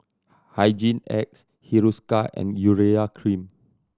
Hygin X Hiruscar and Urea Cream